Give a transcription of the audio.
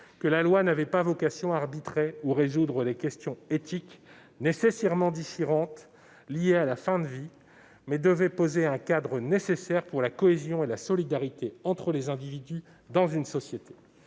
que la loi n'avait pas vocation à arbitrer ou à résoudre les questions éthiques « nécessairement déchirantes » liées à la fin de vie, mais qu'elle devait poser « un cadre nécessaire pour la cohésion et la solidarité entre les individus dans une société